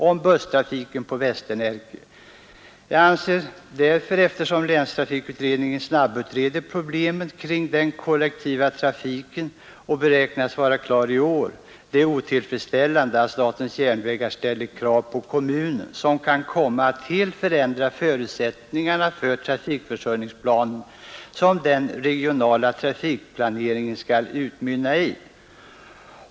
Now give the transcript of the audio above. Jag anser därför att det, eftersom länstrafikutredningen snabbutreder problemen kring den kollektiva trafiken och beräknas vara klar i år, är otillfredsställande att statens järnvägar ställer krav på kommunen, vilka kan komma att helt förändra förutsättningarna för den trafikförsörjningsplan som den regionala trafikplaneringen skall utmynna i.